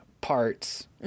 parts